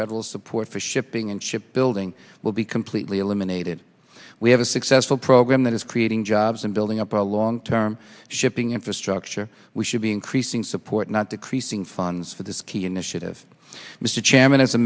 federal support for shipping and ship building will be completely eliminated we have a successful program that is creating jobs and building up our long term shipping infrastructure we should be increasing support not decreasing funds for this key initiative mr chairman as a